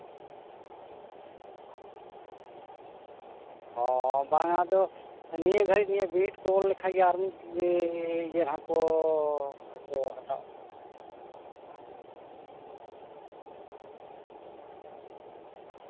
ᱦᱚᱸ ᱵᱟᱝᱟ ᱟᱫᱚ ᱱᱤᱭᱟᱹ ᱜᱷᱟᱹᱲᱤᱡ ᱤᱭᱟᱹ ᱵᱤᱱᱤᱰ ᱠᱚ ᱚᱞ ᱞᱮᱠᱷᱟᱱ ᱜᱮ ᱟᱨ ᱢᱤᱫ ᱤᱭᱟᱹ ᱦᱟᱸᱜ ᱠᱚ ᱚᱸᱰᱮ ᱠᱚ ᱦᱟᱛᱟᱣᱚᱜᱼᱟ ᱱᱟᱜ